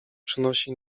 przynosi